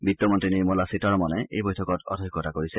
বিত্তমন্ত্ৰী নিৰ্মলা সীতাৰমনে এই বৈঠকত অধ্যক্ষতা কৰিছে